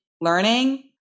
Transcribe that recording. learning